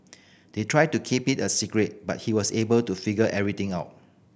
they tried to keep it a secret but he was able to figure everything out